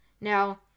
Now